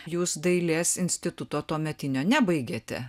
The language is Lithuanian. jūs dailės instituto tuometinio nebaigėte